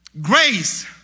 Grace